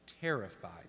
terrified